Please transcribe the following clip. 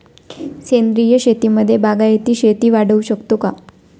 सेंद्रिय शेतीमध्ये बागायती शेती वाढवू शकतो का?